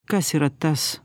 kas yra tas